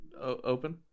open